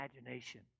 imagination